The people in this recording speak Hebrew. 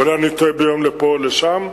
אולי אני טועה ביום לפה או לשם.